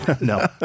No